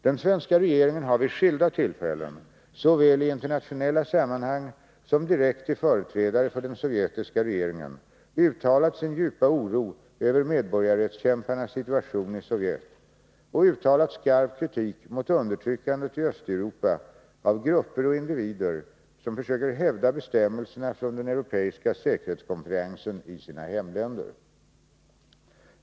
Den svenska regeringen har vid skilda tillfällen såväl i internationella sammanhang som direkt till företrädare för den sovjetiska regeringen uttalat sin djupa oro över medborgarrättskämparnas situation i Sovjet och uttalat skarp kritik mot undertryckandet i Östeuropa av grupper och individer som försöker hävda bestämmelserna från den europeiska säkerhetskonferensen i sina hemländer.